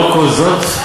לאור כל זאת,